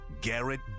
Garrett